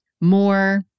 more